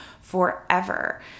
forever